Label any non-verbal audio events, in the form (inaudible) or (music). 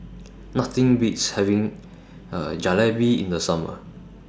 Nothing Beats having (hesitation) Jalebi in The Summer